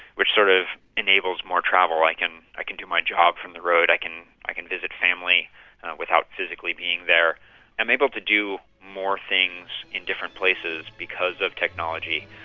which sort of enables more travel i can i can do my job from the road i can i can visit family without physically being there, and i'm able to do more things in different places because of technology,